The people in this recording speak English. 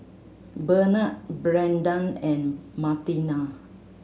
Benard Brennan and Martina